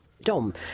Dom